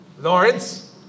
Lawrence